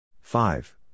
Five